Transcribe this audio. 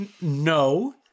No